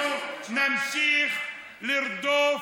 אנחנו נמשיך לרדוף,